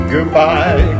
Goodbye